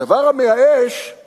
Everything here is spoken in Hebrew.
הדבר המייאש הוא